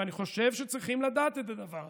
ואני חושב שצריך לדעת את הדבר הזה.